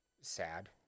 sad